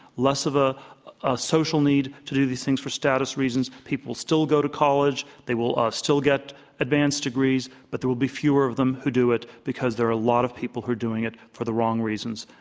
less of ah a social need to do these things for status reasons, people will still go to college, they will still get advance degrees, but there will be fewer of them who do it because there are a lot of people who are doing it for the wrong reasons,